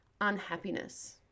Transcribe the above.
unhappiness